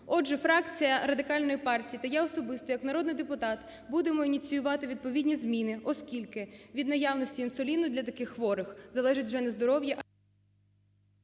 Отже, фракція Радикальної партії та я особисто як народний депутат будемо ініціювати відповідні зміни, оскільки від наявності інсуліну для таких хворих залежить вже не здоров'я, а… ГОЛОВУЮЧИЙ.